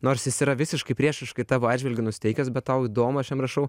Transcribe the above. nors jis yra visiškai priešiškai tavo atžvilgiu nusiteikęs bet tau įdomu aš jam rašau